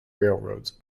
railroads